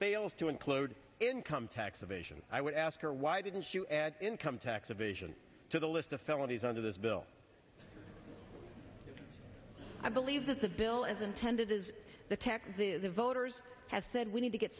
fails to include income tax evasion i would ask her why didn't she income tax evasion to the list of felonies under this bill i believe that the bill as intended is the tax the voters has said we need to get